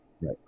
Right